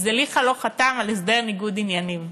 זליכה לא חתם על הסדר ניגוד עניינים.